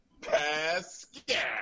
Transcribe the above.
Pascal